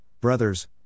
brothers